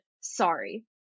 sorry